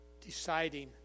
deciding